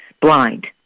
blind